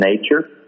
nature